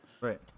Right